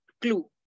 clue